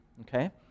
okay